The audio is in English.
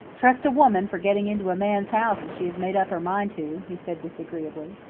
trust a woman for getting into a man's house if she has made up her mind to, he said disagreeably.